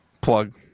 Plug